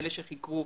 אלה שחיכו,